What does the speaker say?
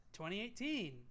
2018